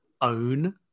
own